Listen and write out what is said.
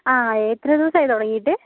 ആ എത്ര ദിവസായി തുടങ്ങിയിട്ട്